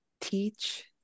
teach